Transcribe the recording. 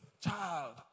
child